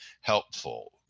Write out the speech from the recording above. helpful